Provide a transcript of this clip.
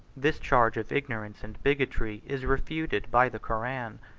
this charge of ignorance and bigotry is refuted by the koran,